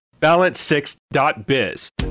Balance6.biz